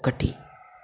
ఒకటి